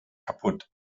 kapput